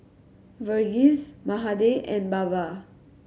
Verghese Mahade and Baba